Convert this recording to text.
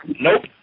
Nope